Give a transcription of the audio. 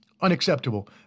unacceptable